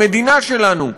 המדינה שלנו,